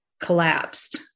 collapsed